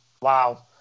Wow